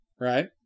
right